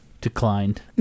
declined